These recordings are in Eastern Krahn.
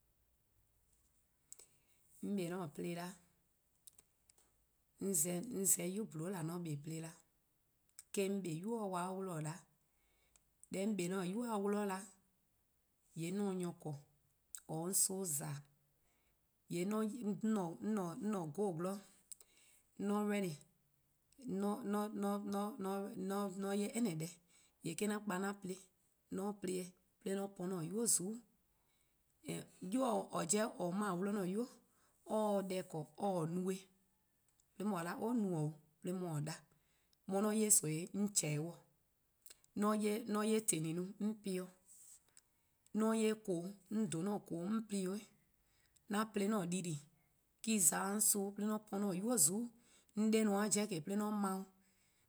'On kpa 'o 'an-a plo 'da, 'on ze-eh 'yuyu: :bla 'de 'on kpa 'o plo 'da. Eh-: 'on kpa-dih 'nynuu: kwa 'wluh-dih 'da. Deh 'on 'kpa 'o 'an-a'a: 'nynuu-a 'wluh 'da, :yee' on se nyor :korn :or 'ye-a 'on son-' :za-dih: :yee' 'on :ne 'goo :gwlor. :mor 'on ready 'on 'ye anyne deh eh-: 'an 'kpa 'an plo, :mor 'on plo-eh 'de 'an po 'an-a'a: 'nynuu' :zuku'-'. 'Yu or-: mor-: :a 'wluh-a 'an-a' 'nynuu: or se deh 'ble or 'ye no 'de 'on 'ye-a 'o no-a 'de 'on 'ye :ao' 'da, :mor 'on 'ye nimi 'on :chehn-dih-eh dih, :mor 'on 'ye :teli 'on po-ih-' dih, :mor 'on 'ye :koo: 'on dhen-a :koo: 'on plo-or, 'an plo 'an-a' dii-deh+ me-: za-dih 'o son-' 'de 'an po 'an-a' 'nynuu: :zuku'-', 'on 'de 'i-a 'jeh :ke 'de 'an kpa-uh bo, 'an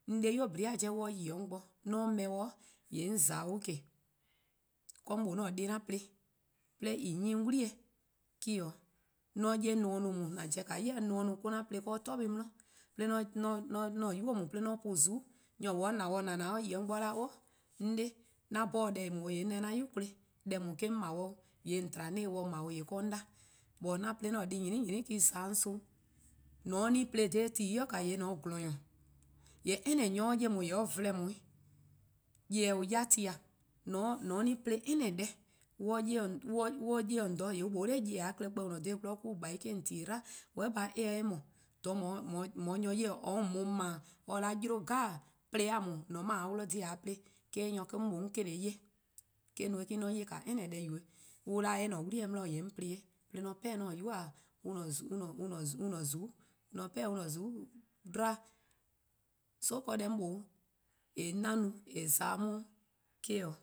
'de-di' :nyene'-a 'jeh :ke :mor 'on yi 'de 'on bo :mor 'on 'ble-eh :yee' 'an za-dih-uh 'weh. 'Mor :mlor 'an deh+ 'an plo-a :en 'nyi-a 'on 'wli-eh me 'o. :mor 'on 'ye normor 'i :daa :an pobo-a ya, nomor 'i :daa or-: 'an plo 'de torbuh 'i 'di 'de 'an-a' :nynuu: :daa 'de 'an po-uh :zuku'-'. :mor :yor :or :na-dih :naaaa: :mor or 'yi 'o 'on bo or 'da 'on 'de 'an 'bhorn deh :daa 'o, :yee' 'on 'da kpon-eh-dih, deh :on tba-a 'on se-eh 'ble 'o deh :daa eh-: 'on 'ble 'o. But 'an plo 'an deh+ :nyene' :nyene' me-: za-dih 'on son-'. :mor :an plo dha ti :daa 'i :yee' :on :se :gwlor-nyor. :yee' :mor anyne nyor 'ye 'on :yee' or vlen :on 'weh. Nyor-kpalu+ :on ya-a ti :daa :mor an plo any deh :mor on 'ye dih on dha :yee' on 'da nyor-kpalu+-a klehkpeh :on :ne-a dha :gwlor an-a''gbeh+ 'o :on dhe 'dlu. why by eh se-eh :mor, :dha :on 'ye-a 'ye-dih :or 'ye-a :on bo kpa :or 'ye o 'yle deh 'jeh, plo-a :daa :mor-: 'on mor-: :a 'ye-dih :dhe :a 'ye plo eh nyor or-: 'on se-' 'ye. Eh-: no-eh :mor 'on 'ye any deh :yu beh on 'da eh :ne 'wli-eh 'di 'de 'an plo-eh eh-' 'o 'de an 'pehih :an-a 'nynuu:-a :zuku' 'dlu. :yee' deh 'mor mlor 'an no-a :eh za-dih 'on son-' eh 'o. '